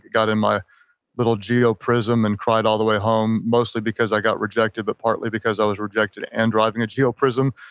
got in my little geo prism and cried all the way home mostly because i got rejected, but partly because i was rejected and driving a geo prism.